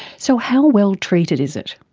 so how well treated is it?